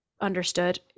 understood